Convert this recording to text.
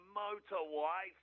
motorway